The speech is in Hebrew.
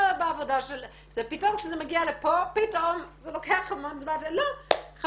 לא מדובר בעבירה בפני עצמה אלא אם היא